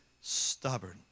stubborn